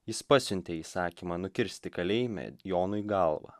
jis pasiuntė įsakymą nukirsti kalėjime jonui galvą